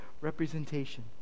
representation